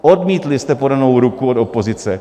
Odmítli jste podanou ruku od opozice.